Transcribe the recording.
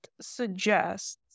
suggests